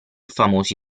famosi